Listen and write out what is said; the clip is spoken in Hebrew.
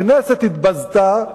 הכנסת התבזתה,